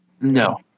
No